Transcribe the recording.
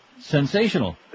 Sensational